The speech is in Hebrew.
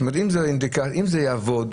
אם זה יעבוד,